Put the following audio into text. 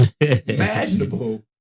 imaginable